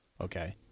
Okay